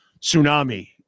tsunami